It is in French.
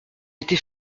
était